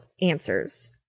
answers